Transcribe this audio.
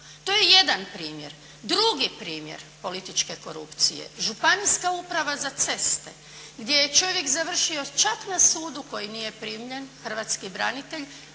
To je jedan primjer. Drugi primjer političke korupcije, Županijska uprava za ceste gdje je čovjek završio čak na sudu koji nije primljen hrvatski branitelj,